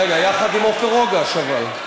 רגע, יחד עם עופר אוגש, אבל.